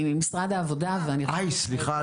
אני ממשרד העבודה ואני --- סליחה,